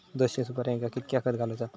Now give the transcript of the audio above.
दोनशे सुपार्यांका कितक्या खत घालूचा?